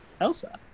Elsa